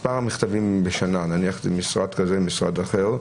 מספר המכתבים בשנה - משרד זה או אחר?